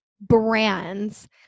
brands